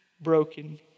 broken